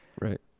Right